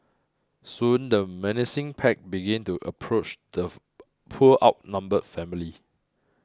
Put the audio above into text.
soon the menacing pack began to approach the poor outnumbered family